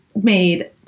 made